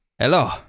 Hello